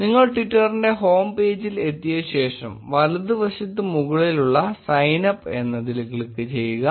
നിങ്ങൾ ട്വിറ്ററിന്റെ ഹോം പേജിൽ എത്തിയ ശേഷം വലതുവശത്ത് മുകളിൽ ഉള്ള സൈൻ അപ്പ് എന്നതിൽ ക്ലിക്ക് ചെയ്യുക